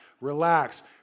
relax